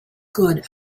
good